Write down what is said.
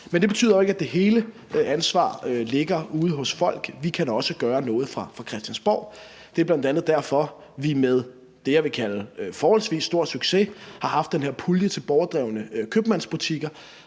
Men det betyder jo ikke, at hele ansvaret ligger ude hos folk. Vi kan også gøre noget fra Christiansborgs side, og det er bl.a. derfor, at vi med forholdsvis stor succes, vil jeg kalde det, har haft den her pulje til borgerdrevne købmandsbutikker,